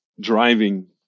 driving